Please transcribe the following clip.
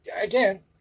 again